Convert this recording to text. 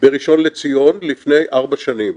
בראשון לציון לפני ארבע שנים.